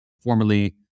formerly